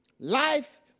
Life